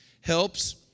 helps